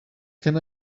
can